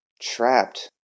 trapped